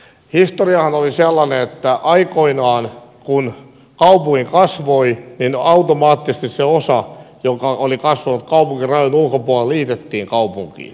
historiahan oli sellainen että aikoinaan kun kaupunki kasvoi niin automaattisesti se osa joka oli kasvanut kaupungin rajojen ulkopuolelle liitettiin kaupunkiin